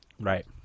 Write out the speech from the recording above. Right